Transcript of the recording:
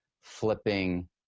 flipping